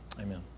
amen